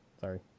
sorry